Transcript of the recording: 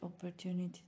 opportunity